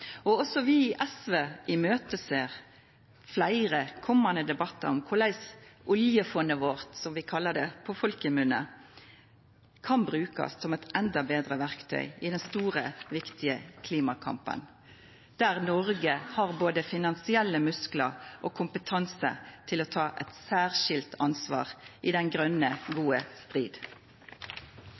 Også vi i SV ser fram til fleire debattar om korleis oljefondet vårt, som vi kallar det på folkemunne, kan brukast som eit endå betre verktøy i den store, viktige klimakampen, der Noreg har både finansielle musklar og kompetanse til å ta eit særskilt ansvar i den grøne, gode